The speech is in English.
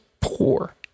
poor